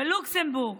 בלוקסמבורג,